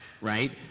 right